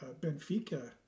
Benfica